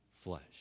flesh